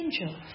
angel